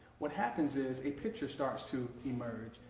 what happens is a picture starts to emerge,